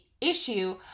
issue